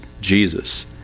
Jesus